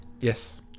yes